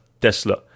Tesla